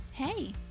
Hey